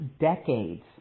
decades